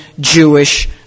Jewish